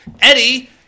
Eddie